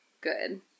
good